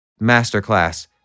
masterclass